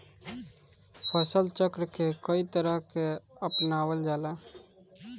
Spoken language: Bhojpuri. फसल चक्र के कयी तरह के अपनावल जाला?